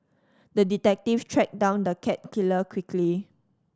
the detective tracked down the cat killer quickly